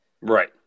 right